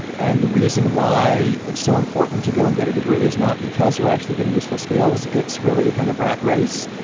and the reason why it's so important to go and get a degree is not because you're actually getting useful skills. it's really a kind of rat race.